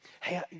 Hey